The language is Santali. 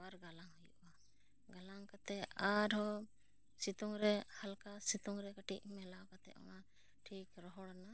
ᱟᱨ ᱜᱟᱞᱟᱝ ᱦᱩᱭᱩᱜᱼᱟ ᱜᱟᱞᱟᱝ ᱠᱟᱛᱮ ᱟᱨᱦᱚᱸ ᱥᱤᱛᱩᱝ ᱨᱮ ᱦᱟᱞᱠᱟ ᱥᱤᱛᱩᱝ ᱨᱮ ᱠᱟᱹᱴᱤᱡ ᱢᱮᱞᱟᱣ ᱠᱟᱛᱮ ᱚᱱᱟ ᱴᱷᱤᱠ ᱨᱚᱦᱚᱲ ᱮᱱᱟ